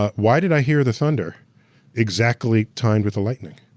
ah why did i hear the thunder exactly timed with the lightning?